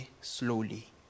slowly